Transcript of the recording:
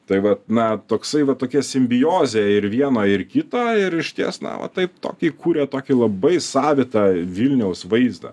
tai vat na toksai va tokia simbiozė ir vieno ir kito ir išties na va taip tokį kūrė tokį labai savitą vilniaus vaizdą